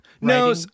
no